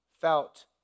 felt